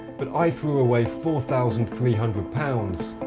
but i threw away four thousand three hundred pounds